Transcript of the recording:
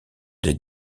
des